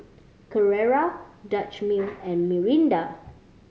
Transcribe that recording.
Carrera Dutch Mill and Mirinda